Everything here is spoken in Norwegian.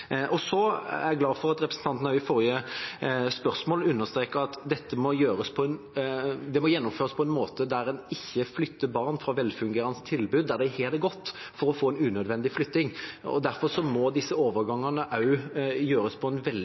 at representanten også i forrige spørsmål understreket at dette må gjennomføres på en slik måte at en ikke flytter barn fra velfungerende tilbud der de har det godt – en unødvendig flytting. Derfor må disse overgangene også gjøres på en